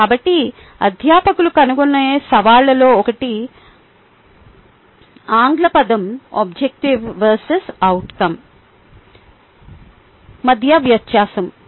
కాబట్టి అధ్యాపకులు కనుగొనే సవాళ్ళలో ఒకటి ఆంగ్ల పదం ఆబ్జెక్టివ్ వర్సెస్ అవుట్కం మధ్య వ్యత్యాసం